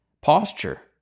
posture